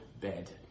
bed